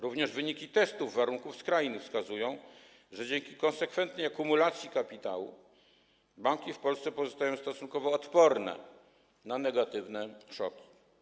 Również wyniki testów warunków skrajnych wskazują, że dzięki konsekwentnej akumulacji kapitału banki w Polsce pozostają stosunkowo odporne na negatywne szoki.